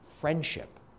friendship